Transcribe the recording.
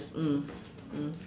mm mm